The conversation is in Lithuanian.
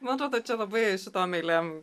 man atrodo čia labai su tom eilėm